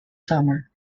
summer